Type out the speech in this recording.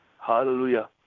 hallelujah